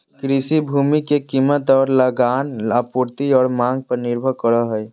कृषि भूमि के कीमत और लगान आपूर्ति और मांग पर निर्भर करो हइ